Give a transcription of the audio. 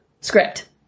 Script